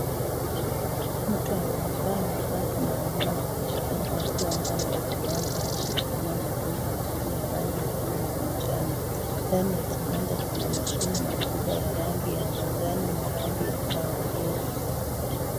Mtu anayevaa mavazi maalum ya kujikinga akiwa ndani ya kiwanda akishikilia mitungi miwili ya rangi ya buluu na manjano, ndani ya kibanda kuna mashine makubwa ya rangi ya manjano na rangi ya kaawia.